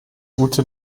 ute